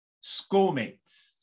schoolmates